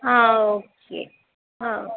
ஆ okay ஆ